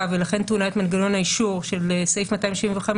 ולכן טעונה את מנגנון האישור של סעיף 275,